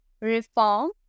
reform